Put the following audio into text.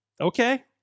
Okay